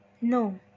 No